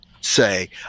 say